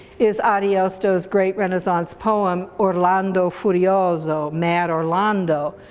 is ariosto's great renaissance poem orlando furioso, mad orlando.